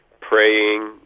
praying